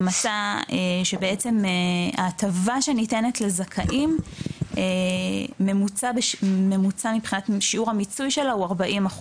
ומצא שבעצם ההטבה שניתנת לזכאים ממוצע מבחינת שיעור המיצוי שלה הוא 40%,